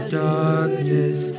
darkness